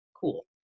Cool